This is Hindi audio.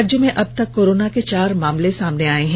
राज्य में अब तक कोरोना के चार मामले सामने आए हैं